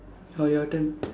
oh your turn